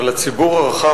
אבל הציבור הרחב,